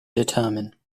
determine